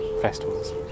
Festivals